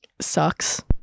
sucks